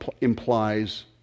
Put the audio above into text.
implies